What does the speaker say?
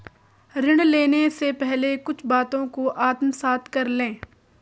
ऋण लेने से पहले कुछ बातों को आत्मसात कर लें